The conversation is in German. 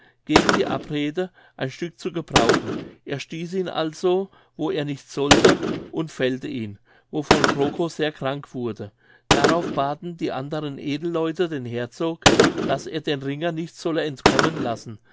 gegen die abrede ein stück zu gebrauchen er stieß ihn also wo er nicht sollte und fällte ihn wovon krokow sehr krank wurde darauf baten die anderen edelleute den herzog daß er den ringer nicht solle entkommen lassen